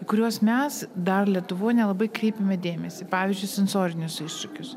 į kuriuos mes dar lietuvoj nelabai kreipiame dėmesį pavyzdžiui sensorinius iššūkius